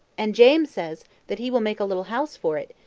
and james says that he will make a little house for it,